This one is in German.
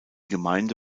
gemeinde